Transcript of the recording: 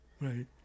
right